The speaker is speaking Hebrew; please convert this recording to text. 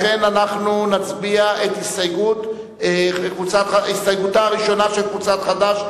לכן אנחנו נצביע על הסתייגותה השנייה של קבוצת חד"ש,